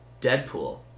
Deadpool